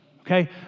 okay